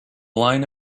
line